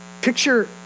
Picture